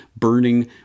burning